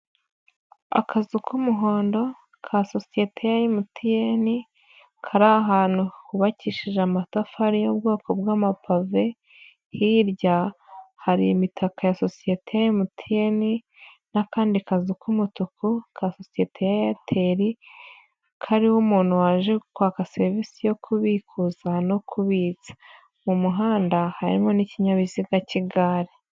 Akazu k'umuhondo ka sosiyete ya MTN. Kari ahantu hubakishije amatafari y'ubwoko bw'amapave. Hirya hari imitaka ya sosiyete ya MTN n'akandi kazu k'umutuku ka sosiyete ya Airtel. Kariho umuntu waje kwaka serivisi yo kubikuza no kubitsa. Mu muhanda harimo n'ikinyabiziga k'igare.